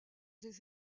des